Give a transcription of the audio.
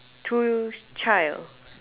two child